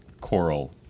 Coral